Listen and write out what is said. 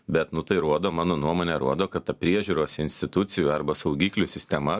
bet nu tai rodo mano nuomone rodo kad ta priežiūros institucijų arba saugiklių sistema